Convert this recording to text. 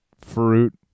fruit